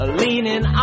leaning